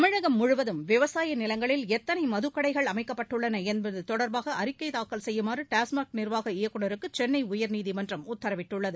தமிழகம் முழுவதும் விவசாய நிலங்களில் எத்தனை மதுக்கடைகள் அமைக்கப்பட்டுள்ளன என்பது தொடர்பாக அறிக்கை தாக்கல் செய்யுமாறு டாஸ்மாக் நிர்வாக இயக்குநருக்கு சென்னை உயர்நீதிமன்றம் உத்தரவிட்டுள்ளது